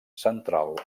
central